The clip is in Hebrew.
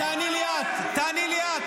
--- תעני לי את, תעני לי את.